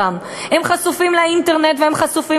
הם חשופים לאינטרנט והם חשופים